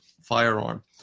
firearm